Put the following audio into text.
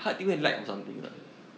ya